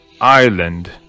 island